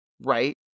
Right